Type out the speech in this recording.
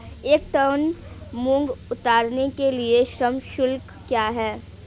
एक टन मूंग उतारने के लिए श्रम शुल्क क्या है?